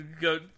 go